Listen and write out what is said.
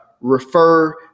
Refer